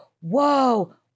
whoa